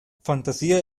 fantasía